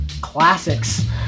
classics